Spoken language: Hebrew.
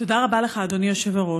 תודה רבה לך, אדוני היושב-ראש.